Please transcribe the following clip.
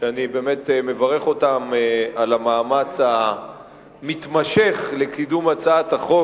שאני באמת מברך אותם על המאמץ המתמשך לקידום הצעת החוק,